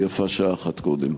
ויפה שעה אחת קודם.